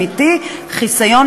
המחשבה על כך שהנושאים הרגישים הללו,